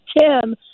tim